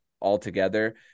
altogether